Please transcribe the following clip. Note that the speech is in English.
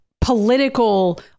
political